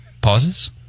pauses